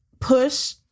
push